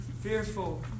Fearful